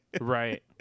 Right